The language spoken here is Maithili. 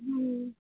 हँ